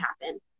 happen